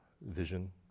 vision